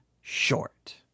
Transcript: short